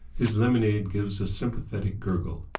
his lemonade gives a sympathetic gurgle.